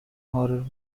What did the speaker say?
horror